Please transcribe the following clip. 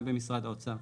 גם במשרד האוצר,